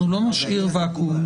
אנחנו לא נשאיר ואקום.